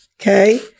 okay